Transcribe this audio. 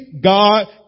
God